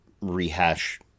rehash